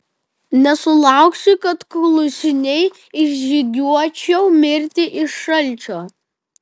nesulauksi kad klusniai išžygiuočiau mirti iš šalčio